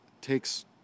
takes